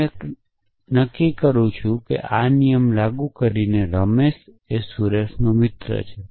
હું એ નક્કી કરી શકું છું કે આ નિયમ લાગુ કરીને રમેશ સુરેશનો મિત્ર છે